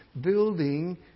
building